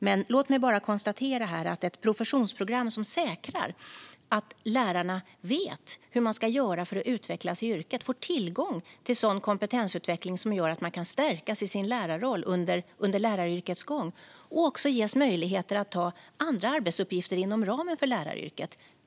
Men låt mig bara konstatera att det är ett professionsprogram som säkrar att lärarna vet hur de ska göra för att utvecklas i yrket och att de får tillgång till sådan kompetensutveckling som gör att de kan stärkas i sin lärarroll under läraryrkets gång. De ska också ges möjligheter att ta andra arbetsuppgifter inom ramen för läraryrket.